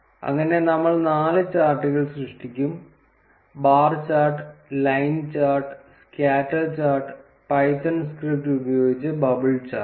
അങ്ങനെ നമ്മൾ നാല് ചാർട്ടുകൾ സൃഷ്ടിക്കും bar chart line chart scatter chart Python script ഉപയോഗിച്ച് ബബിൾ ചാർട്ട്